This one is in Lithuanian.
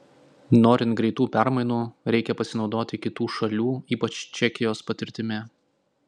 norint greitų permainų reikia pasinaudoti kitų šalių ypač čekijos patirtimi